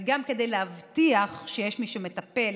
וגם כדי להבטיח שיש מי שמטפל